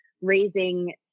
raising